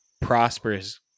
prosperous